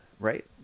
Right